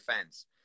fans